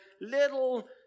little